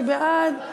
מי בעד?